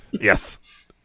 Yes